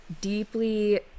deeply